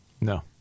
No